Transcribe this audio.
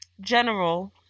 general